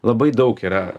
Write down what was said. labai daug yra